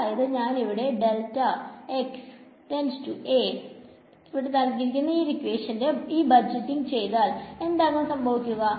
അതായത് ഞാൻ ഇവിടെ ന്റെ ഈ ബജറ്റിംഗ് ചെയ്താൽ എന്താകും സംഭവിക്കുക